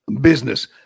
business